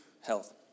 health